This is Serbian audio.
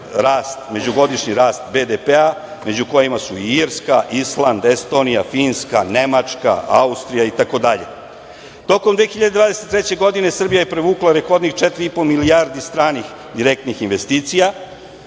međugodišnji BDP među kojima su Irska, Island, Estonija, Finska, Nemačka, Austrija itd. Tokom 2023. godine Srbija je privukla rekordnih 4,5 milijardi direktnih stranih investicija